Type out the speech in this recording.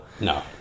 No